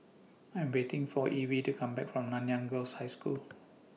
I Am waiting For Evie to Come Back from Nanyang Girls' High School